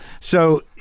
So-